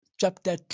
chapter